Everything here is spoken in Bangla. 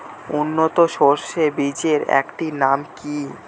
উন্নত সরষে বীজের একটি নাম কি?